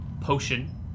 potion